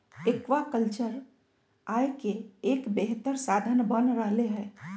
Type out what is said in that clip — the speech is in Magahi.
एक्वाकल्चर आय के एक बेहतर साधन बन रहले है